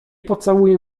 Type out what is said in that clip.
pocałuję